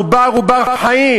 העובר הוא בר-חיים.